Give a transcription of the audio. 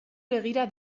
begira